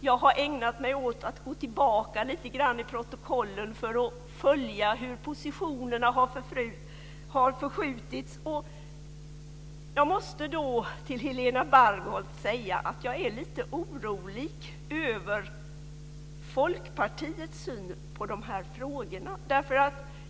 Jag har ägnat mig åt att gå tillbaka lite grann i protokollen för att följa hur positionerna har förskjutits, och jag måste säga till Helena Bargholtz att jag är lite orolig över Folkpartiets syn på de här frågorna.